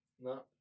No